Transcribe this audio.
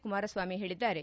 ಕುಮಾರ ಸ್ವಾಮಿ ಹೇಳಿದ್ದಾರೆ